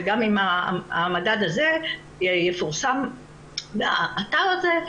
גם אם המדד הזה יפורסם באתר הזה,